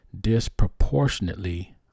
disproportionately